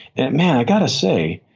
and man, i got to say,